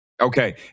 Okay